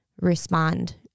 respond